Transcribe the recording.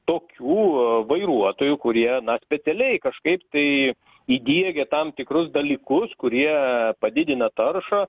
tokių vairuotojų kurie na specialiai kažkaip tai įdiegia tam tikrus dalykus kurie padidina taršą